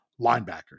linebackers